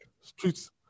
Streets